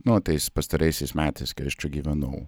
nu tais pastaraisiais metais kai aš čia gyvenau